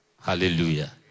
Hallelujah